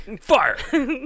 Fire